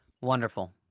Wonderful